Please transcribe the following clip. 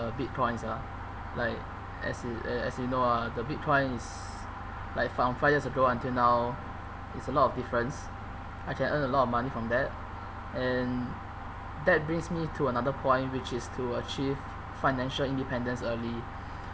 uh bitcoins lah like as uh as you know ah the bitcoin is like from five years ago until now there's a lot of difference I can earn a lot of money from that and that brings me to another point which is to achieve financial independence early